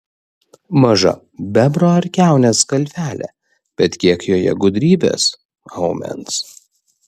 maža bebro ar kiaunės galvelė bet kiek joje gudrybės aumens